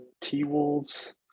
T-Wolves